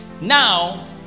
Now